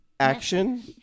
Action